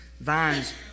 Vines